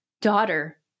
daughter